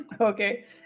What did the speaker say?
okay